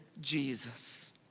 Jesus